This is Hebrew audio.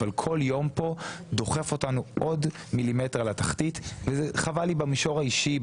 אבל כל יום פה דוחף אותנו עוד מילימטר לתחתית וזה חבל לי במישור האישי,